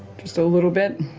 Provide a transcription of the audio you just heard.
just a little bit.